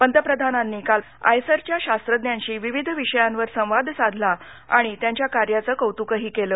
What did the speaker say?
पंतप्रधानांनी काल पुण्यात आयसरच्या शास्त्रज्ञांशी विविध विषयांवर संवाद साधला आणि त्यांच्या कार्याचं कौतुकही केलं